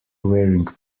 wearing